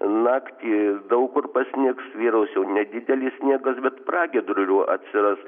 naktį daug kur pasnigs vyraus jau nedidelis sniegas bet pragiedrulių atsiras